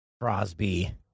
Crosby